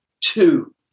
two